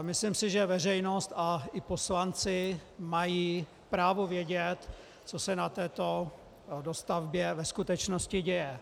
Myslím si, že veřejnost i poslanci mají právo vědět, co se na této dostavbě ve skutečnosti děje.